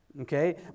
okay